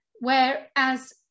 whereas